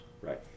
right